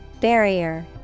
Barrier